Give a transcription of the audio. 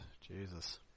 Jesus